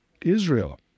Israel